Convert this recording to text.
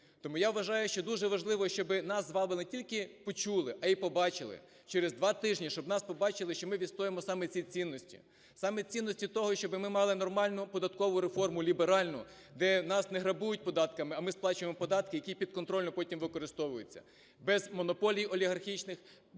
Тому я вважаю, що дуже важливо, щоб нас з вами не тільки почули, а і побачили, через два тижні, щоб нас побачили, що ми відстоюємо саме ці цінності. Саме цінності того, щоб ми мали нормальну податкову реформу ліберальну, де нас не грабують податками, а ми сплачуємо податки, які підконтрольно потім використовуються, без монополій олігархічних, з